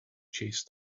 chased